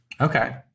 Okay